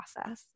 process